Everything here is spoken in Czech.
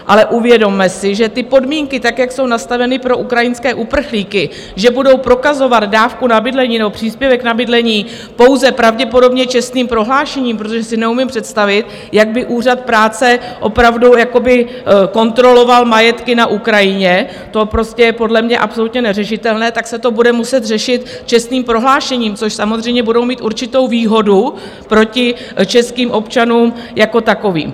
Ale uvědomme si, že podmínky, jak jsou nastaveny pro ukrajinské uprchlíky, že budou prokazovat dávku na bydlení nebo příspěvek na bydlení pouze pravděpodobně čestným prohlášením, protože si neumím představit, jak by úřad práce opravdu kontroloval majetky na Ukrajině, to prostě je podle mě absolutně neřešitelné, tak se to bude muset řešit čestným prohlášením, což samozřejmě budou mít určitou výhodu proti českým občanům jako takovým.